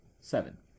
seven